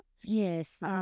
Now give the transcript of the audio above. Yes